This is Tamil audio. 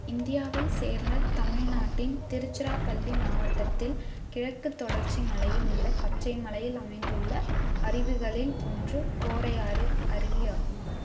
இந்தியாவை சேர்ந்த தமிழ்நாட்டின் திருச்சிராப்பள்ளி மாவட்டத்தில் கிழக்குத் தொடர்ச்சி மலையில் உள்ள பச்சை மலையில் அமைந்துள்ள அருவிகளில் ஒன்று கோரையாறு அருவி ஆகும்